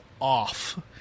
off